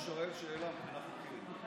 אני שואל שאלה מבחינה חוקית.